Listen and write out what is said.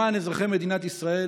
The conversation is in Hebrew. למען אזרחי מדינת ישראל.